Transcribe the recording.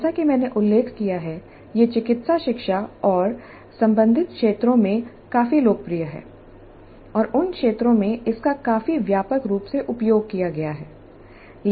जैसा कि मैंने उल्लेख किया है यह चिकित्सा शिक्षा और संबद्ध क्षेत्रों में काफी लोकप्रिय है और उन क्षेत्रों में इसका काफी व्यापक रूप से उपयोग किया गया है